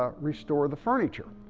ah restore the furniture.